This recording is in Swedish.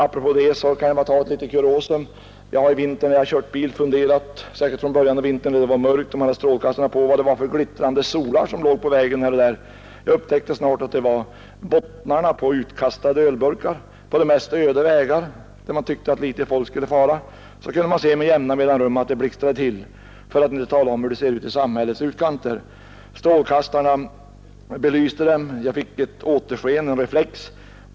I det sammanhanget vill jag nämna ett kuriosum. Jag har i vinter när jag kört bil funderat över — särskilt i början på vintern då det var mörkt och man hade strålkastarna på — vad det var för glittrande solar som låg här och där på vägen. Jag upptäckte snart att det var bottnarna på utkastade ölburkar. På de mest öde vägar, där man tyckte att litet folk skulle fara, kunde man med vissa mellanrum se att det blixtrade till. Och vi skall inte tala om, hur det ser ut i samhällenas utkanter. Strålkastarna belyste alltså bottnarna i dessa ölburkar och jag fick en reflex.